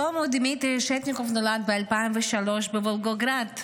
שלמה דמיטרי רשטניקוב נולד ב-2003 בוולגוגרד,